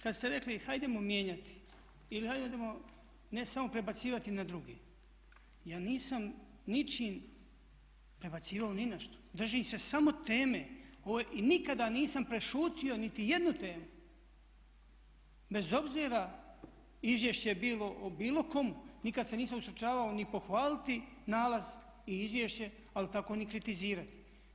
Kada ste rekli hajdemo mijenjati ili hajdemo ne samo prebacivati na drugi, ja nisam ničim prebacivao ni na što, držim se samo teme i nikada nisam prešutio niti jednu temu bez obzira izvješće je bilo o bilo komu, nikada se nisam ustručavao ni pohvaliti nalaz i izvješće ali tako ni kritizirati.